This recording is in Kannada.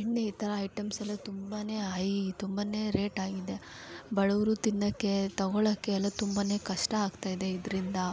ಎಣ್ಣೆ ಈ ಥರ ಐಟಮ್ಸ್ ಎಲ್ಲ ತುಂಬ ಹೈ ತುಂಬ ರೇಟ್ ಆಗಿದೆ ಬಡವರು ತಿನ್ನೋಕ್ಕೆ ತಗೊಳಕ್ಕೆ ಎಲ್ಲ ತುಂಬ ಕಷ್ಟ ಆಗ್ತಾಯಿದೆ ಇದರಿಂದ